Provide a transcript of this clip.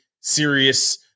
serious